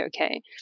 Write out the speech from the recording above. okay